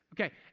Okay